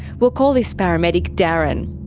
we'll call this paramedic darren.